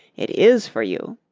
it is for you.